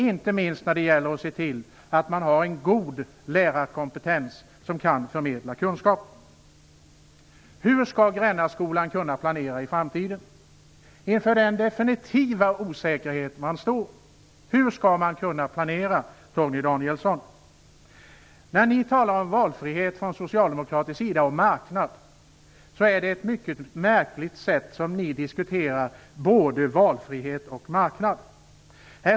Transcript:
Inte minst har man sett till att man har en god lärarkompetens så att man kan förmedla kunskaper. Hur skall Grännaskolan kunna planera för framtiden med tanke på den osäkerhet man nu står inför? Hur skall man kunna planera, Torgny Danielsson? När ni från socialdemokratisk sida talar om valfrihet och marknad, så diskuterar ni på ett mycket märkligt sätt.